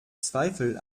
zweifel